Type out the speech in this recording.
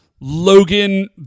Logan